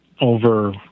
over